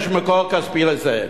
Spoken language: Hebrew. יש מקור כספי לזה.